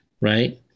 Right